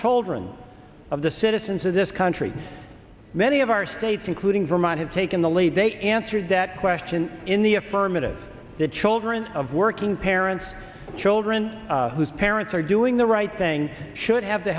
children of the citizens of this country many of our states including vermont have taken the lead they answered that question in the affirmative the children of working parents children whose parents are doing the right thing should have the